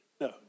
no